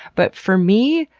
but for me,